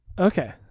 Okay